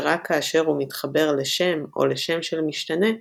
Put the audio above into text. ורק כשהוא מתחבר לשם או לשם של משתנה,